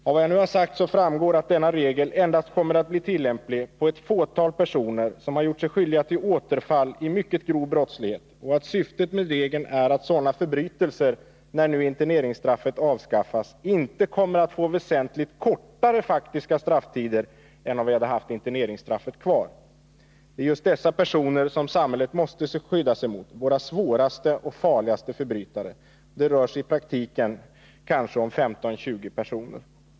Av vad jag nu sagt framgår att denna regel endast kommer att bli tillämplig på ett fåtal personer, som har gjort sig skyldiga till återfall i mycket grov brottslighet, och att syftet med regeln är att sådana förbrytelser när nu interneringsstraffet avskaffas inte kommer att få väsentligt kortare faktiska strafftider än om vi haft interneringsstraffet kvar. Det är just dessa personer samhället måste skydda sig mot — våra svåraste och farligaste förbrytare. Det rör sig i praktiken kanske om 15 eller 20 personer.